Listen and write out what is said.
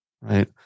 right